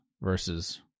versus